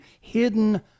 hidden